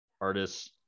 artists